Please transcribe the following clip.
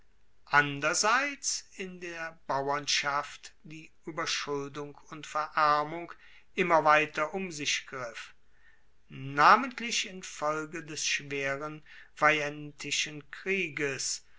anderseits in der bauernschaft die ueberschuldung und verarmung immer weiter um sich griff namentlich infolge des schweren veientischen krieges